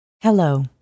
Hello